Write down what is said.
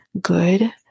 good